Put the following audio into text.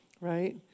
Right